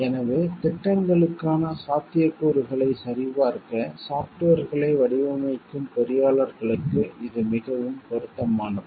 எனவே திட்டங்களுக்கான சாத்தியக்கூறுகளை சரிபார்க்க சாப்ட்வேர்களை வடிவமைக்கும் பொறியாளர்களுக்கு இது மிகவும் பொருத்தமானது